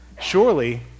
surely